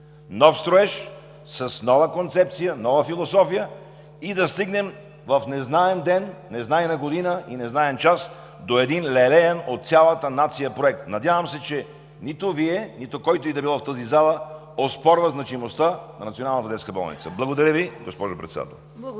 нов строеж, с нова концепция, нова философия и да стигнем в незнаен ден, незнайна година и незнаен час до един лелеян от цялата нация проект. Надявам се, че нито Вие, нито който и да било в тази зала оспорва значимостта на Националната детска болница. Благодаря Ви, госпожо Председател.